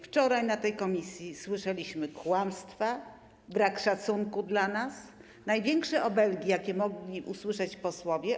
Wczoraj na posiedzeniu komisji słyszeliśmy kłamstwa, brak szacunku dla nas, największe obelgi, jakie mogli usłyszeć posłowie.